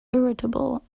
irritable